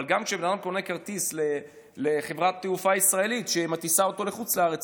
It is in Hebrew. אבל גם כשבן אדם קונה כרטיס לחברת תעופה ישראלית שמטיסה אותו לחוץ לארץ,